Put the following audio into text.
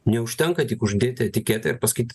neužtenka tik uždėti etiketę ir pasakyt